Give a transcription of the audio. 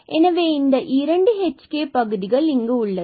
எனவே இந்த இரண்டு hk பகுதிகளும் உள்ளது